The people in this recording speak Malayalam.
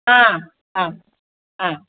ആ ആ ആ